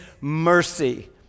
mercy